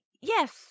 Yes